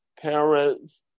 parents